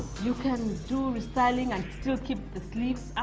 you can do restyling and still keep the sleeves.